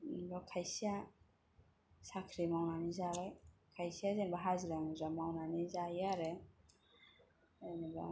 जेनेबा खायसेया साख्रि मावनानै जाबाय खायसेया जेनेबा हाजिरा मुजिरा मावनानै जायो आरो जेनेबा